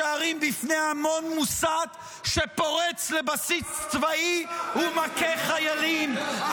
הרי אתם פותחים את השערים בפני המון מוסת שפורץ לבסיס צבאי ומכה חיילים.